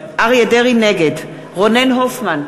נגד רונן הופמן,